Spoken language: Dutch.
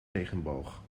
regenboog